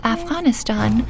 Afghanistan